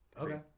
Okay